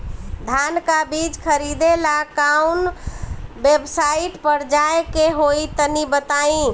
धान का बीज खरीदे ला काउन वेबसाइट पर जाए के होई तनि बताई?